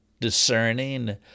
discerning